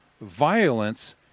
violence